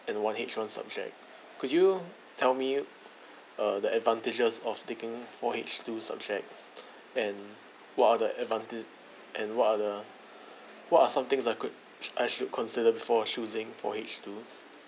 and one H one subject could you tell me uh the advantages of taking four H two subjects and what are the advantages and what are the what are some things I could I should consider before choosing for H twos